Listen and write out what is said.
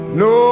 no